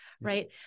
right